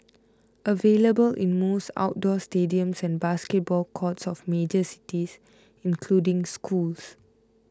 available in most outdoor stadiums and basketball courts of major cities including schools